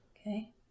Okay